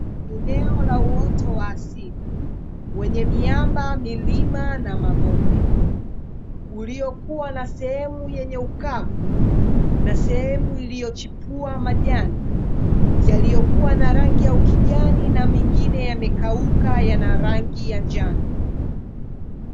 Eneo la uoto wa asili wenye miamba, milima, na mabonde uliokua na sehemu yenye ukavu na sehemu iliyochipua majani, yaliyokuwa na rangi ya ukijani na mengine yamekauka yana rangi ya njano.